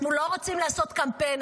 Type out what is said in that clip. אנחנו לא רוצים לעשות קמפיין,